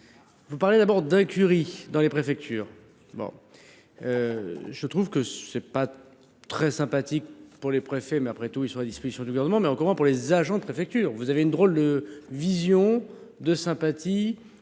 Vous parlez d’incurie dans les préfectures. Je trouve que ce n’est pas très sympathique pour les préfets – mais, après tout, ils sont à disposition du Gouvernement – et que ça l’est encore moins pour les agents de préfecture. Vous avez une drôle de vision et un manque